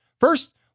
First